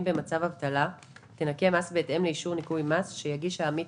במצב אבטלה תנכה מס בהתאם לאישור ניכוי מס שיגיש העמית